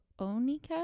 Onika